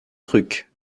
truc